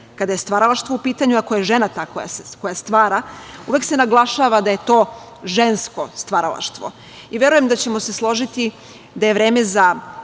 je stvaralaštvo u pitanju, ako je žena ta koja stvara uvek se naglašava da je to žensko stvaralaštvo i verujem da ćemo se složiti da je vreme za